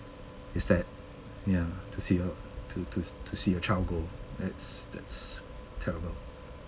is that ya to see to to to see a child go that's that's terrible